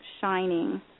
shining